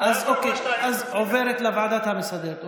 אז היא עוברת לוועדה המסדרת,